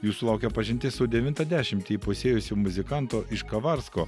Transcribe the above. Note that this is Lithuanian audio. jūsų laukia pažintis su devintą dešimtį įpusėjusi muzikantu iš kavarsko